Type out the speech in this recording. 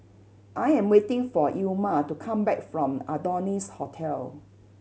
I am waiting for Ilma to come back from Adonis Hotel